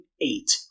eight